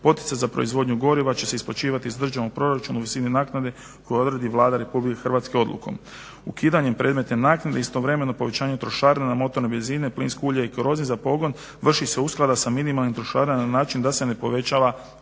Poticaj za proizvodnju goriva će se isplaćivati iz državnog proračuna u visini naknade koju odredi Vlada RH odlukom. Ukidanjem predmetne naknade istovremeno povećavanje trošarina na motorna benzine, plinska ulja i kerozije za pogon vrši se usklada sa minimalnim trošarinama na način da se ne povećava